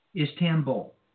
Istanbul